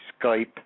Skype